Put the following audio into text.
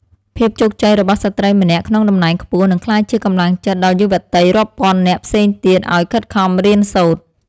ភាពជោគជ័យរបស់ស្ត្រីម្នាក់ក្នុងតំណែងខ្ពស់នឹងក្លាយជាកម្លាំងចិត្តដល់យុវតីរាប់ពាន់នាក់ផ្សេងទៀតឱ្យខិតខំរៀនសូត្រ។